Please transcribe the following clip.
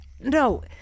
no